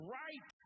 right